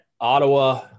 Ottawa